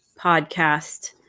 podcast